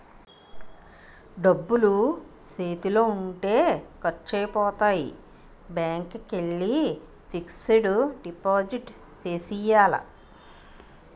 డబ్బులు సేతిలో ఉంటే ఖర్సైపోతాయి బ్యాంకికెల్లి ఫిక్సడు డిపాజిట్ సేసియ్యాల